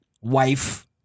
wife